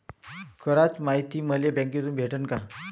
कराच मायती मले बँकेतून भेटन का?